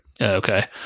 Okay